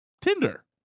Tinder